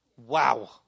Wow